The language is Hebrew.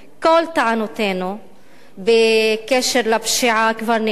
כל טענותינו בקשר לפשיעה כבר נאמרו.